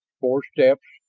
four steps,